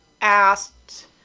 asked